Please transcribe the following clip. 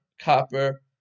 copper